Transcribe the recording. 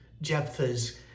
Jephthah's